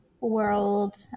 world